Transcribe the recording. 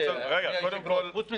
אדוני היושב-ראש, חוץ מזה,